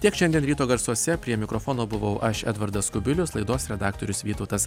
tiek šiandien ryto garsuose prie mikrofono buvau aš edvardas kubilius laidos redaktorius vytautas